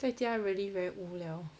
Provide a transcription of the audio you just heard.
在家 really very 无聊